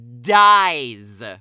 dies